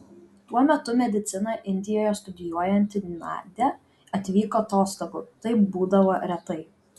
tuo metu mediciną indijoje studijuojanti nadia atvyko atostogų tai būdavo retai